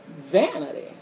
vanity